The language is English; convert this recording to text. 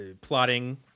plotting